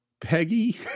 Peggy